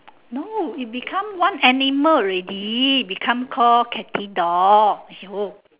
no it become one animal already become call catty dog !aiyo!